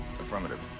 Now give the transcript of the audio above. Affirmative